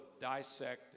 dissect